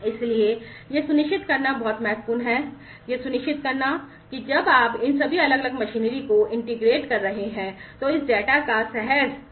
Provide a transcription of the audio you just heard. इसलिए यह सुनिश्चित करना बहुत महत्वपूर्ण है कि जब आप इन सभी अलग अलग मशीनरी को एकीकृत होगा